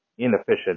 inefficient